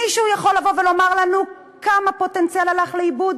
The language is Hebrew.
מישהו יכול לבוא ולומר לנו כמה פוטנציאל הלך לאיבוד?